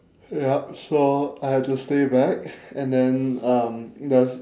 yup so I had to stay back and then um the